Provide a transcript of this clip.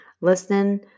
listening